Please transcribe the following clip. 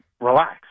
relax